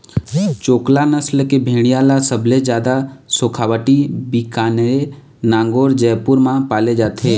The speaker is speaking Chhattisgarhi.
चोकला नसल के भेड़िया ल सबले जादा सेखावाटी, बीकानेर, नागौर, जयपुर म पाले जाथे